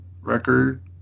record